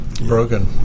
broken